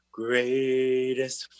greatest